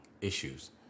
issues